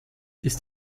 ist